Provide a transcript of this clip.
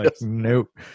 Nope